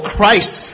Christ